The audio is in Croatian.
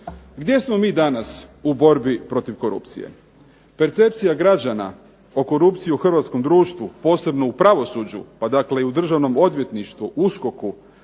Gdje smo mi danas u borbi protiv korupcije? Percepcija građana o korupciji u hrvatskom društvu, posebno u pravosuđu pa dakle i u Državnom odvjetništvu, USKOK-u,